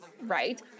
right